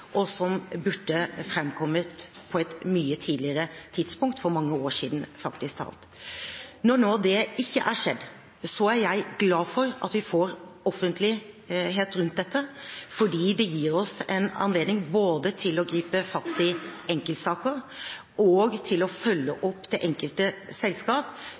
og som burde fremkommet på et mye tidligere tidspunkt, faktisk talt for mange år siden. Når nå dette ikke er skjedd, så er jeg glad for at vi får offentlighet rundt dette, fordi det gir oss en anledning både til å gripe fatt i enkeltsaker og til å følge opp det enkelte selskap,